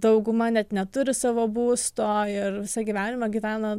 dauguma net neturi savo būsto ir visą gyvenimą gyvena